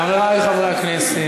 חברי חברי הכנסת.